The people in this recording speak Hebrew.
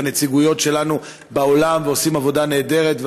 הנציגויות שלנו בעולם ועושים עבודה נהדרת,